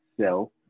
self